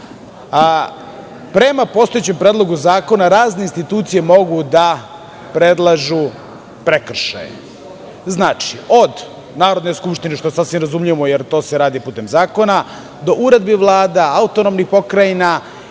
Prema postojećem Predlogu zakona, razne institucije mogu da predlažu prekršaje. Znači, od Narodne skupštine, što je sasvim razumljivo, jer to se radi putem zakona, do uredbi vlada, autonomnih pokrajina